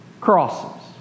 crosses